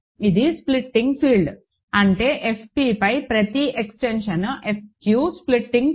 ఇది splitting field అంటే F pపై ప్రతి extension F q splitting field